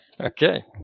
Okay